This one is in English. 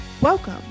Welcome